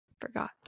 forgot